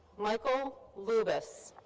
michael lubas.